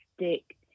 stick